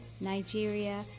Nigeria